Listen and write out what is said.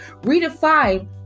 redefine